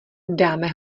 dáme